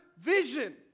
vision